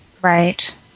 right